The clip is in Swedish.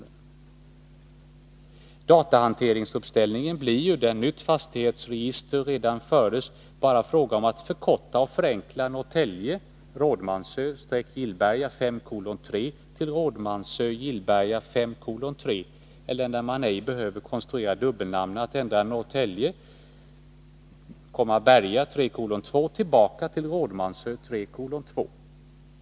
Med beteckningarna redan i datahanteringsuppställningen blir det ju, där nytt fastighetsregister redan förs, bara frågan om att förkorta och förenkla Rådmansö-Gillberga 5:3 i Norrtälje kommun till Gillberga 5:3 i Rådmansö socken eller, när man ej behöver konstruera dubbelnamn, att ändra Norrtälje Berga 3:2 tillbaka till Rådmansö Berga 3:2.